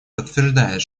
подтверждает